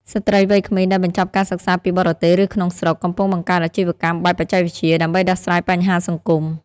ស្ត្រីវ័យក្មេងដែលបញ្ចប់ការសិក្សាពីបរទេស ឬក្នុងស្រុក កំពុងបង្កើតអាជីវកម្មបែបបច្ចេកវិទ្យា ដើម្បីដោះស្រាយបញ្ហាសង្គម។